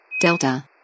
Delta